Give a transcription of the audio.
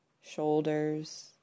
shoulders